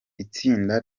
itsinda